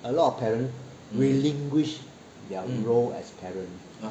a lot of parents relinquish their role as parents